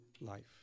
life